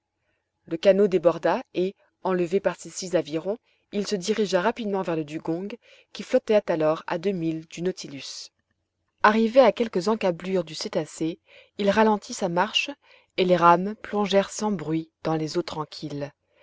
le canot déborda et enlevé par ses six avirons il se dirigea rapidement vers le dugong qui flottait alors à deux milles du nautilus arrivé à quelques encablures du cétacé il ralentit sa marche et les rames plongèrent sans bruit dans les eaux tranquilles